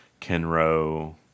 Kenro